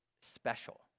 special